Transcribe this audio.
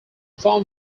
farm